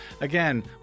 Again